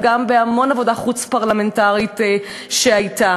אבל גם בהמון עבודה חוץ-פרלמנטרית שהייתה?